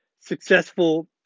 successful